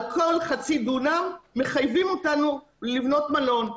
על כל חצי דונם מחייבים אותנו לבנות מלון.